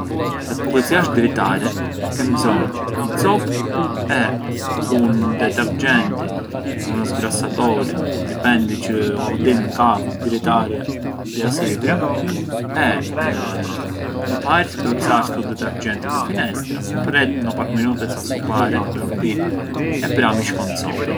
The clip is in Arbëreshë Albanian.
Sa të pullizjarshë ke mbzonjë një copë e un deterxhenti, uno sgrassatore, dipendi çë llordim ka dritarja di asipra e më para sprucarë stu deterxhenti te finestra, pretë ndo parë minute sa e supar e pran shkon copën.